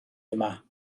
yma